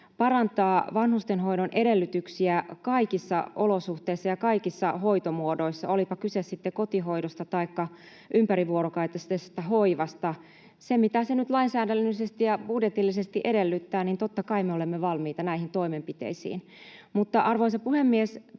parantaa vanhustenhoidon edellytyksiä kaikissa olosuhteissa ja kaikissa hoitomuodoissa, olipa kyse sitten kotihoidosta taikka ympärivuorokautisesta hoivasta. Niihin toimenpiteisiin, mitä se nyt lainsäädännöllisesti ja budjetillisesti edellyttää, me totta kai olemme valmiita. Mutta, arvoisa puhemies,